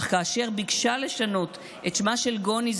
אך כאשר ביקשה לשנות את שמה של גוני,